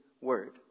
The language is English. word